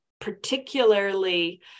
particularly